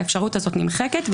האפשרות הזאת נמחקת,